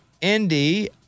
Indy